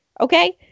Okay